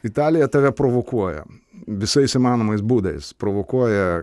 italija tave provokuoja visais įmanomais būdais provokuoja